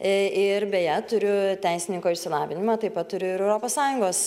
ir beje turiu teisininko išsilavinimą taip pat turiu ir europos sąjungos